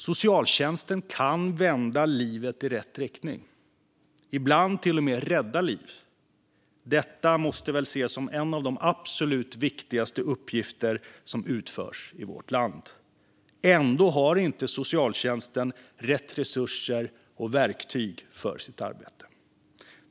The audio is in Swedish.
Socialtjänsten kan vända liv i rätt riktning och ibland till och med rädda liv. Det måste väl ses som en av de absolut viktigaste uppgifter som utförs i vårt land? Ändå har inte socialtjänsten rätt resurser och verktyg för sitt arbete.